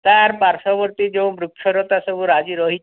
ତାର ପାର୍ଶ୍ୱବର୍ତ୍ତୀ ଯେଉଁ ବୃକ୍ଷଲତା ସବୁ ରାଜି ରହିଛି